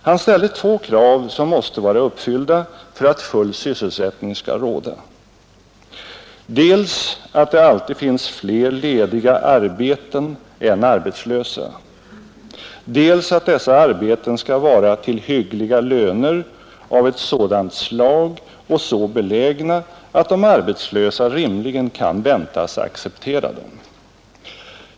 Han ställde två krav som måste vara uppfyllda för att full sysselsättning skall råda: dels att det alltid finns fler lediga arbeten än arbetslösa, dels att dessa arbeten skall vara arbeten till hyggliga löner, av ett sådant slag och så belägna att de arbetslösa rimligen kan väntas acceptera dem.